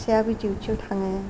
फिसायाबो डिउटिआव थाङो